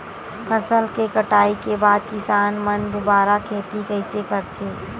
फसल के कटाई के बाद किसान मन दुबारा खेती कइसे करथे?